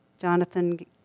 Jonathan